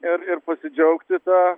ir ir pasidžiaugti ta